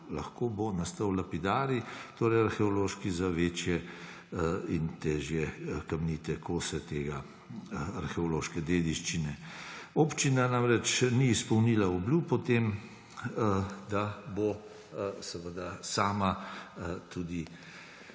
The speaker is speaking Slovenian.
lahko bo nastal lapidarij arheološki za večje in težje kamnite kose te arheološke dediščine. Občina namreč ni izpolnila obljub o tem, da bo sama tudi